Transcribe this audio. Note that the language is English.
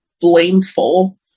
blameful